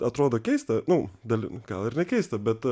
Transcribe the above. atrodo keista nu dalin gal ir ne keista bet